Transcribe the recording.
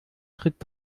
tritt